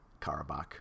Karabakh